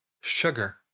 sugar